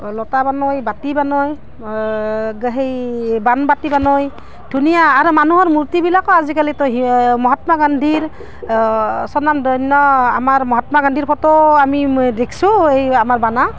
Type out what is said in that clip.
লোটা বনায় বাটি বানোই সেই বান বাটি বনায় ধুনীয়া আৰু মানুহৰ মূৰ্তিবিলাকো আজিকালি ত' সেই মহাত্মা গান্ধীৰ স্বনামধন্য আমাৰ মহাত্মা গান্ধীৰ ফটো আমি দেখিছো এই আমাৰ বানা